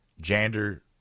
gender